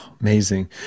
Amazing